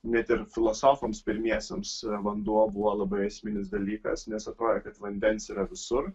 net ir filosofams pirmiesiems vanduo buvo labai esminis dalykas nes atrodė kad vandens yra visur